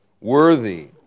worthy